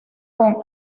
con